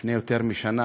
לפני יותר משנה,